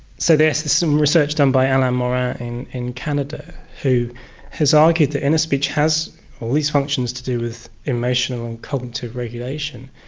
so there's some research done by alain morin in canada who has argued that inner speech has all these functions to do with emotional and cognitive regulation.